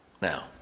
Now